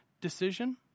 decision